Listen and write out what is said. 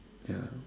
ya